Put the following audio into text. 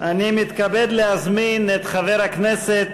אני מתכבד להזמין את חבר הכנסת,